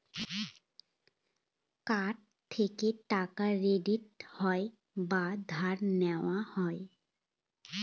card থেকে টাকা credit হয় বা ধার নেওয়া হয়